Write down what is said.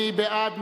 מי בעד?